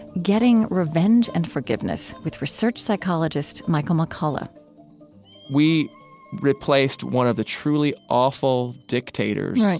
getting revenge and forgiveness, with research psychologist michael mccullough we replaced one of the truly awful dictators, right,